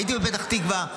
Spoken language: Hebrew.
הייתי בפתח תקווה,